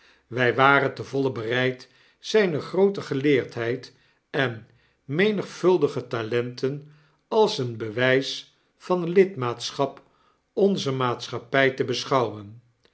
wy waren ten voile bereid zyne groote geleerdheid en menigvuldige talenten als een bewys van lidmaatschap onzer maatschappij te beschouwen